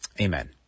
Amen